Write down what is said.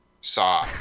Saw